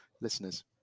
listeners